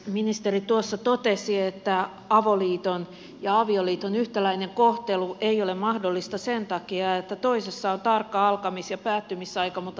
ministeri totesi että avoliiton ja avioliiton yhtäläinen kohtelu ei ole mahdollista sen takia että toisessa on tarkka alkamis ja päättymisaika mutta toisessa ei